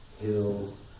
hills